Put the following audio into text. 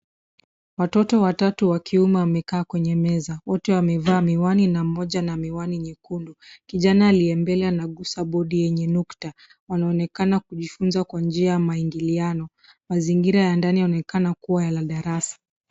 Watoto watatu wakiume wamekaa kwenye meza, wote wamevaa miwani na moja na miwani nyekundu. Kijana liembelea anagusa bodi yenye nukta, wanaonekana kujifunza kwa njia ya maingiliano. mazingira ya ndani yanaonekana kuwa ya darasa